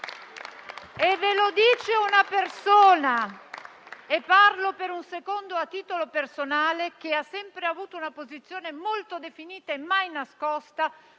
E ve lo dice una persona - parlo per un momento a titolo personale - che ha sempre avuto una posizione molto definita e mai nascosta